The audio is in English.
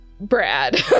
brad